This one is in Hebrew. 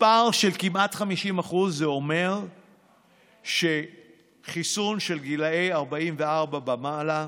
כמעט 50%, שזה אומר שאולי רק גילאי 44 ומעלה